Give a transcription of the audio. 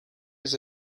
his